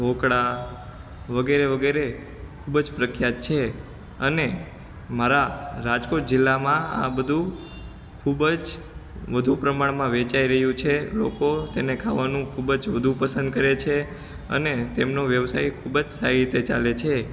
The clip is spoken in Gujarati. ઢોકળા વગેરે વગેરે ખૂબ જ પ્રખ્યાત છે અને મારા રાજકોટ જિલ્લામાં આ બધુ ખૂબ જ વધુ પ્રમાણમાં વેચાઈ રહ્યું છે લોકો તેને ખાવાનું ખૂબ જ વધુ પસંદ કરે છે અને તેમનો વ્યવસાય ખૂબ જ સારી રીતે ચાલે છે